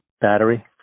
battery